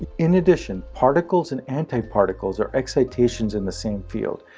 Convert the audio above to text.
in addition, particles and antiparticles are excitations in the same field.